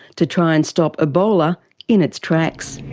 to try and stop ebola in its tracks.